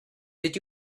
did